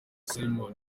simon